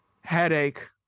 headache